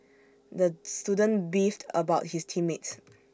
the student beefed about his team mates